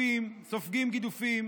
סופגים גידופים